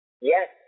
Yes